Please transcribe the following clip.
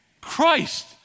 Christ